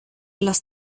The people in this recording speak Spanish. los